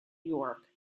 york